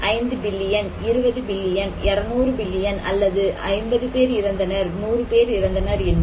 5 billion 20 billion 200 billion அல்லது 50 பேர் இறந்தனர் 100 பேர் இறந்தனர் என்று